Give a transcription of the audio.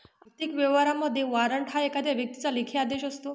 आर्थिक व्यवहारांमध्ये, वॉरंट हा एखाद्या व्यक्तीचा लेखी आदेश असतो